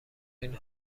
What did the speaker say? این